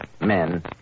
Men